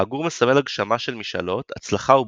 העגור מסמל הגשמה של משאלות, הצלחה ובריאות,